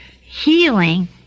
healing